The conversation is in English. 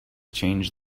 changed